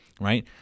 right